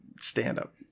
stand-up